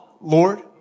Lord